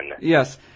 Yes